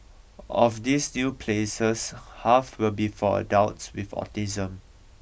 of these new places half will be for adults with autism